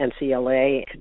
NCLA